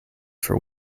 for